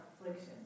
affliction